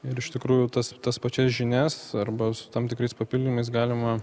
ir iš tikrųjų tas ir tas pačias žinias arba su tam tikrais pakilimais galima